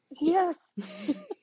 Yes